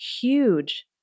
huge